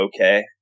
okay